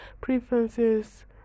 preferences